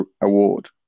award